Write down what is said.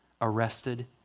arrested